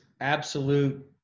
absolute